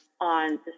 on